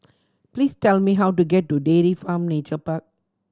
please tell me how to get to Dairy Farm Nature Park